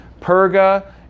Perga